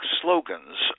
slogans